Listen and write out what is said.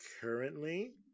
currently